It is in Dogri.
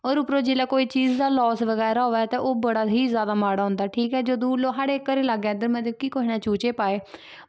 होर उप्परों जिल्लै कोई चीज बगैरा दा लास बगैरा होऐ ते ओह् बड़ा ही जैदा माड़ा होंदा ऐ ठीक ऐ जदूं साढ़े घरै लागै इद्धर मतलब कि कुसै ने चूचे पाए